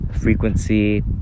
frequency